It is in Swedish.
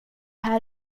här